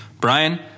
Brian